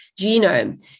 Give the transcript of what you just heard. genome